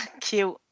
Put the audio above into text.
Cute